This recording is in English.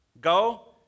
go